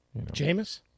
Jameis